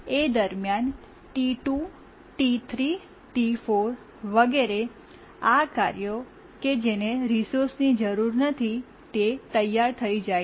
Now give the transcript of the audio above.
એ દરમિયાન T2T3 T4 વગેરે આ કાર્યો કે જેને રિસોર્સની જરૂર નથી તે તૈયાર થઈ જાય છે